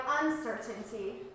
uncertainty